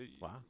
Wow